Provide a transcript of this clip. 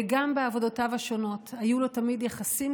וגם בעבודותיו השונות היו לו תמיד יחסים